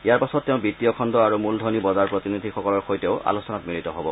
ইয়াৰ পাছত তেওঁ বিত্তীয় খণ্ড আৰু মূলধনী বজাৰ প্ৰতিনিধিসকলৰ সৈতেও আলোচনাত মিলিত হ'ব